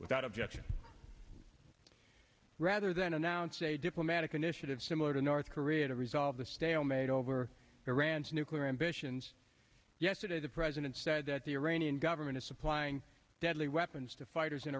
without objection rather than announce a diplomatic initiative similar to north korea to resolve the stalemate over iran's nuclear ambitions yesterday the president said that the iranian government is supplying deadly weapons to fighters in